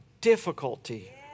difficulty